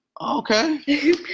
Okay